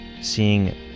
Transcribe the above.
seeing